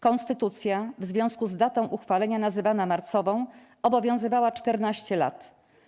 Konstytucja, w związku z datą uchwalenia nazywana marcową, obowiązywała 14 lat.